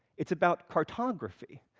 it's about cartography.